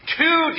two